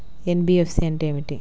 NBFC అంటే ఏమిటి?